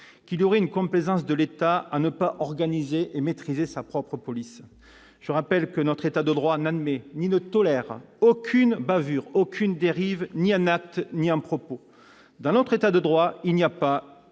qu'il y aurait une complaisance de l'État à ne pas organiser et maîtriser sa propre police. Je rappelle que notre État de droit n'admet ni ne tolère aucune bavure ni aucune dérive, ni en acte ni en propos. Dans notre État de droit, il n'y a pas,